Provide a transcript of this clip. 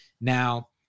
Now